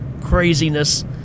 craziness